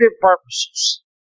purposes